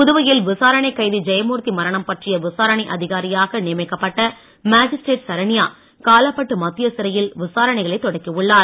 புதுவையில் விசாரணை கைதி ஜெயமூர்த்தி மரணம் பற்றிய விசாரணை அதிகாரியாக நியமிக்கப்பட்ட மாஜிஸ்ட்ரேட் சரண்யா காலாபட்டு மத்திய சிறையில் விசாரணைகளைத் தொடக்கியுள்ளார்